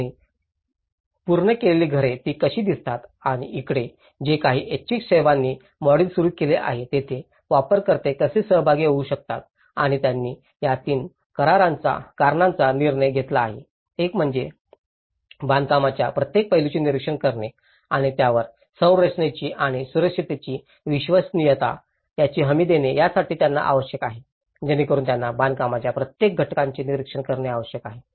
आणि पूर्ण केलेली घरे ती कशी दिसतात आणि इकडे जे काही ऐच्छिक सेवांनी मॉडेल सुरू केले आहे तिथे वापरकर्ते कसे सहभागी होऊ शकतात आणि त्यांनी या तीन कारणांचा निर्णय घेतला आहे एक म्हणजे बांधकामाच्या प्रत्येक पैलूचे निरीक्षण करणे आणि त्यावर संरचनेची आणि सुरक्षिततेची विश्वसनीयता याची हमी देणे यासाठी त्यांना आवश्यक आहे जेणेकरून त्यांना बांधकामाच्या प्रत्येक घटकाचे निरीक्षण करणे आवश्यक आहे